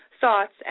thoughts